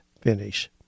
finish